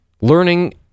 Learning